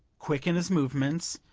quick in his movements,